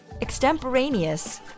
Extemporaneous